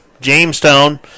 Jamestown